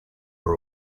were